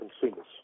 consumers